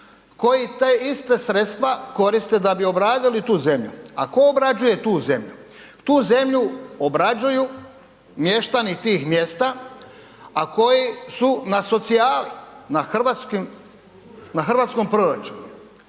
koji te iste sredstva koriste da bi obradili tu zemlju. A tko obrađuje tu zemlju? Tu zemlju obrađuju mještani tih mjesta, a koji su na socijali, na hrvatskom proračunu,